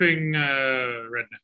redneck